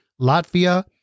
Latvia